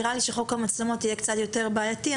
נראה לי שחוק המצלמות יהיה קצת יותר בעייתי.